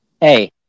hey